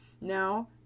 now